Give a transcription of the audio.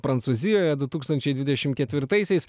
prancūzijoje du tūkstančiai dvidešim ketvirtaisiais